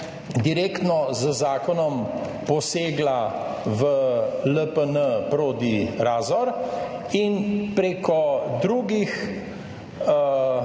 direktno z zakonom posegla v LPN Prodi Razor in preko drugih